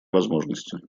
возможностью